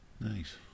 Nice